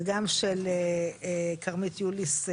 וגם של כרמית יוניס,